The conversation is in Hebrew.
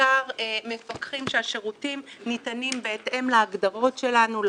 ובעיקר מפקחים שהשירותים ניתנים בהתאם להגדרות שלנו,